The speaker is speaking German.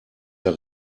der